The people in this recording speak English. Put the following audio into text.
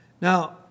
Now